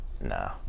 No